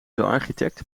architect